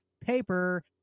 paper